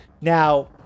now